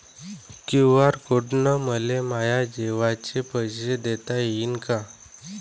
QR code न मले माये जेवाचे पैसे देता येईन का?